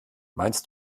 meinst